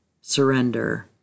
surrender